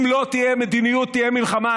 אם לא תהיה מדיניות תהיה מלחמה,